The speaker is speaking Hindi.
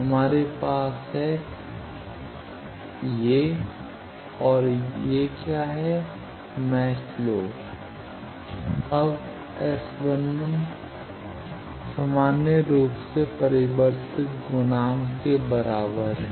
हमारे पास है और यह क्या है मैच लोड अब S11 सामान्य रूप में परावर्तित गुणांक के बराबर है